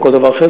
או כל דבר אחר,